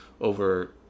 over